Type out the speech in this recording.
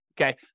okay